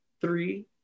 three